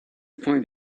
find